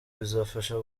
bizafasha